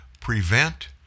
prevent